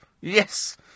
Yes